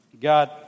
God